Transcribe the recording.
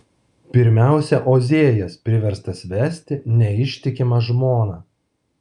pirmiausia ozėjas priverstas vesti neištikimą žmoną